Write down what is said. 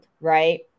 right